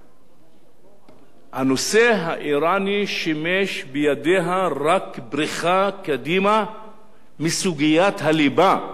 הנושא האירני שימש בידיה רק בריחה קדימה מסוגיית הליבה שבאזור,